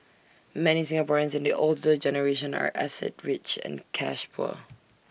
many Singaporeans in the older generation are asset rich and cash poor